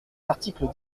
l’article